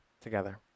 Together